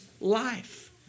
life